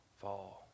fall